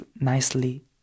nicely